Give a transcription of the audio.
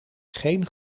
geen